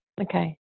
Okay